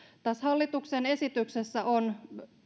tässä hallituksen esityksessä on